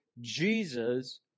Jesus